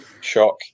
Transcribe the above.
shock